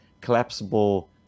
collapsible